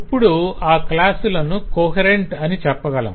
ఇప్పుడు ఆ క్లాసులను కొహెరెంట్ అని చెప్పగలం